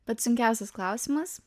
pats sunkiausias klausimas